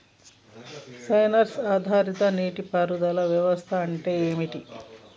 Censor ఆధారిత నీటి పారుదల వ్యవస్థ అంటే ఏమిటి?